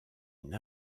une